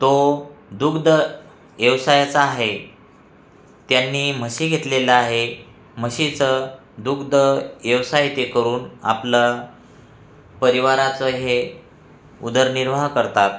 तो दुग्ध व्यवसायाचा आहे त्यांनी म्हशी घेतलेलं आहे म्हशीचं दुग्ध व्यवसाय ते करून आपलं परिवाराचं हे उदरनिर्वाह करतात